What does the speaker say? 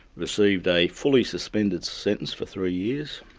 received a fully suspended sentence for three years.